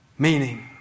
meaning